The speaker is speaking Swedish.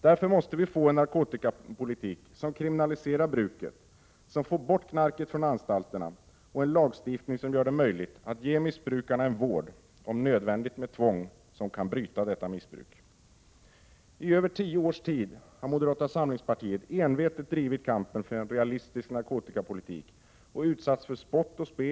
Därför måste vi få en narkotikapolitik som kriminaliserar bruket och får bort knarket från anstalterna och en lagstiftning som gör det möjligt att ge missbrukarna en vård, om nödvändigt med tvång, som kan bryta missbruket. I över tio års tid har moderata samlingspartiet envetet drivit kampen för en realistisk narkotikapolitik och utsatts för spott och spe.